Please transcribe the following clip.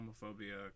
homophobia